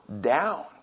down